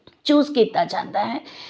choose ਕੀਤਾ ਜਾਂਦਾ ਹੈ